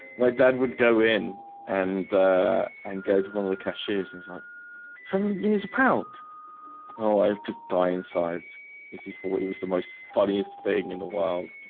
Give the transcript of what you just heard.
my dad would go in and and go to one of the cashiers in like seven years a pound. oh, i have just died inside you see four it was the most funniest thing in the world.